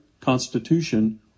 constitution